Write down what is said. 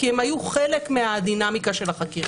כי הם היו חלק מהדינמיקה של החקירה.